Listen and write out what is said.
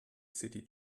city